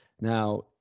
Now